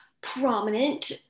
prominent